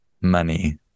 money